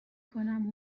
کنم